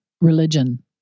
religion